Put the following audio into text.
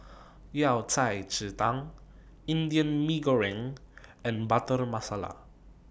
Yao Cai Ji Tang Indian Mee Goreng and Butter Masala